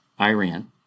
Iran